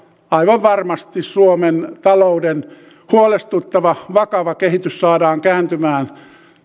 aivan varmasti suomen talouden huolestuttava vakava kehitys saadaan kääntymään